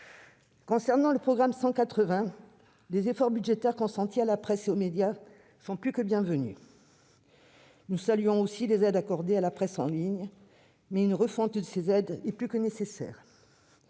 Concernant le programme 180, les efforts budgétaires consentis à la presse et aux médias sont plus que bienvenus. Nous saluons aussi les aides accordées à la presse en ligne. Une refonte de ces aides apparaît toutefois plus que nécessaire,